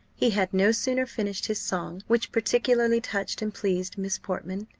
he had no sooner finished his song, which particularly touched and pleased miss portman,